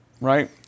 right